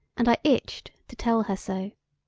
and i itched to tell her so.